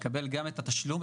יקבל גם את התשלום,